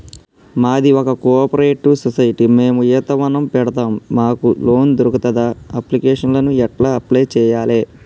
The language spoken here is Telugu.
మాది ఒక కోఆపరేటివ్ సొసైటీ మేము ఈత వనం పెడతం మాకు లోన్ దొర్కుతదా? అప్లికేషన్లను ఎట్ల అప్లయ్ చేయాలే?